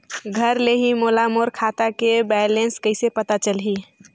घर ले ही मोला मोर खाता के बैलेंस कइसे पता चलही?